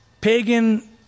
pagan